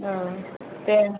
औ दे